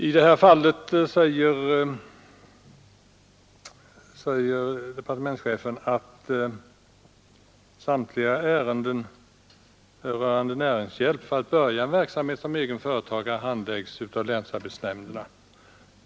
I detta fall säger departementschefen att för närvarande ”fattar länsarbetsnämnderna beslut i alla ärenden rörande näringshjälp för att börja verksamhet som egen företagare”.